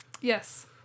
Yes